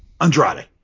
Andrade